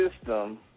system